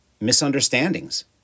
misunderstandings